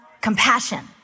compassion